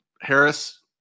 Harris